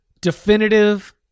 definitive